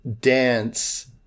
dance